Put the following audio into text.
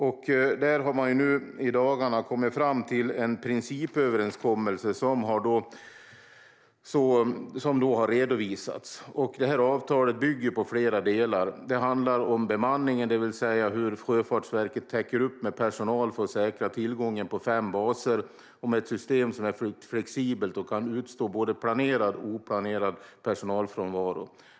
I dagarna har man kommit fram till en principöverenskommelse, som har redovisats. Avtalet bygger på flera delar. Det handlar om bemanningen, det vill säga hur Sjöfartsverket täcker upp med personal för att säkra tillgången på fem baser och med ett system som är flexibelt och som kan utstå både planerad och oplanerad personalfrånvaro.